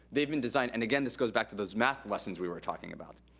they've been designed, and again, this goes back to those math lessons we were talking about.